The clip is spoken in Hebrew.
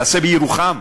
תעשה בירוחם.